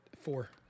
Four